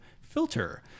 filter